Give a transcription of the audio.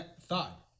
thought